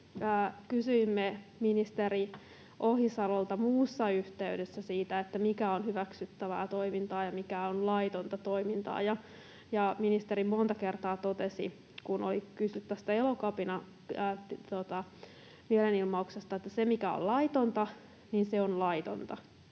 kysyimme ministeri Ohisalolta muussa yhteydessä siitä, mikä on hyväksyttävää toimintaa ja mikä on laitonta toimintaa, ja ministeri monta kertaa totesi, kun oli kyse tästä Elokapina-mielenilmauksesta, että ”se, mikä on laitonta, on laitonta”.